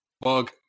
bug